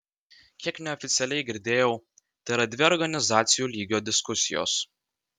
kiek neoficialiai girdėjau tai yra dvi organizacijų lygio diskusijos